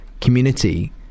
community